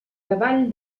davall